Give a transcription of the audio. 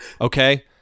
okay